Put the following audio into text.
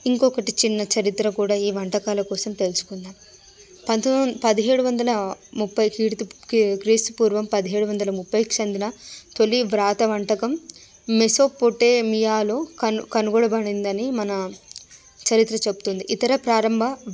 ఇంకొకటి చిన్న చరిత్ర కుడా ఈ వంటకాల కోసం తెలుసుకుందాము పంతొంది పదిహేడు వందల ముప్ఫై కీర్తి క్రీస్తు పూర్వం పదిహేడు వందల ముప్ఫైకి చెందిన తొలి వ్రాత వంటకం మెసోపొటేమియాలో కను కనుగొనబడిందని మన చరిత్ర చెప్తుంది ఇతర ప్రారంభ